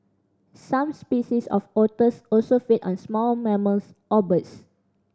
some species of otters also feed on small mammals or birds